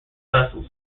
vessels